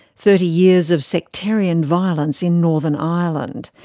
thirty years of sectarian violence in northern ireland.